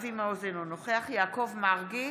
אבי מעוז, אינו נוכח יעקב מרגי,